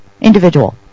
individual